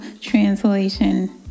translation